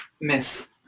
miss